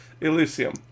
Elysium